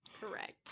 Correct